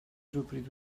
rhywbryd